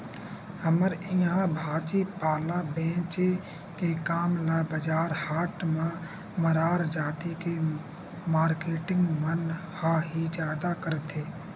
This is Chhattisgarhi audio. हमर इहाँ भाजी पाला बेंचे के काम ल बजार हाट म मरार जाति के मारकेटिंग मन ह ही जादा करथे